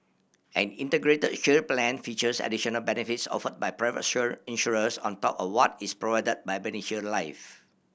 an Integrated Shield Plan features additional benefits offered by private insurers on top of what is provided by MediShield Life